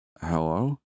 Hello